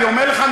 אני אומר לך,